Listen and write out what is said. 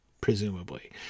presumably